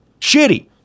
shitty